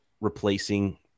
replacing